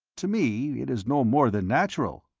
to me it is no more than natural.